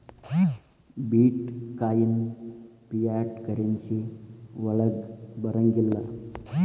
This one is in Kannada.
ಬಿಟ್ ಕಾಯಿನ್ ಫಿಯಾಟ್ ಕರೆನ್ಸಿ ವಳಗ್ ಬರಂಗಿಲ್ಲಾ